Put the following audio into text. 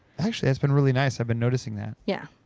actually that's been really nice. i've been noticing that. yeah.